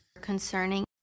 concerning